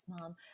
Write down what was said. mom